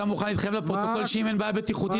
אתה מוכן להתחייב לפרוטוקול שאם אין בעיה בטיחותית,